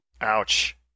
Ouch